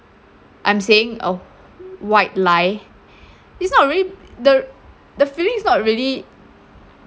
I'm saying a white lie it's not a really the the feeling it's not really